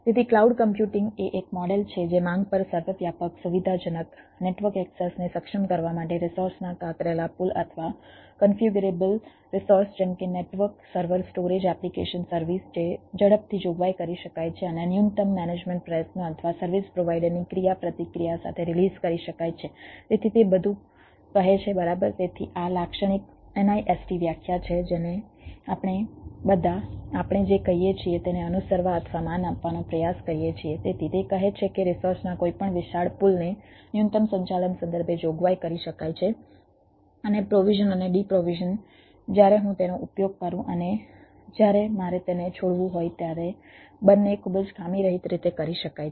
તેથી cloud computing એ એક મોડેલ છે જે માંગ પર સર્વવ્યાપક સુવિધાજનક નેટવર્ક એક્સેસને સક્ષમ કરવા માટે રિસોર્સના કાતરેલા પૂલ અથવા કન્ફ્યુગરેબલ જ્યારે હું તેનો ઉપયોગ કરું અને જ્યારે મારે તેને છોડવું હોય ત્યારે બંને ખૂબ જ ખામીરહિત રીતે કરી શકાય છે